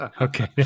Okay